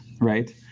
right